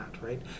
right